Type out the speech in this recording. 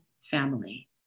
family